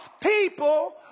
people